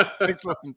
Excellent